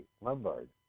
Lombard